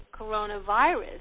coronavirus